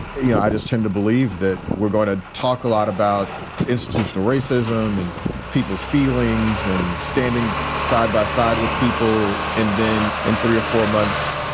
you know, i just tend to believe that we're going to talk a lot about institutional racism and people's feelings and standing side by side with people. and then in three or four months,